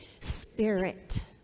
spirit